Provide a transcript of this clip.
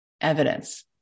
evidence